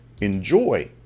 Enjoy